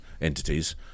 entities